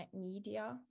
media